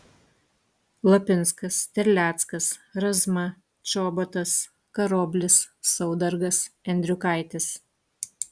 lapinskas terleckas razma čobotas karoblis saudargas endriukaitis